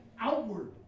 outward